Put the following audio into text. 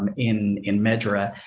and in in metra,